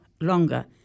longer